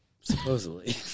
Supposedly